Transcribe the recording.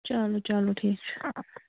چلو چلو ٹھیٖک چھِ